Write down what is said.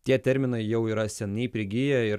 tie terminai jau yra seniai prigiję ir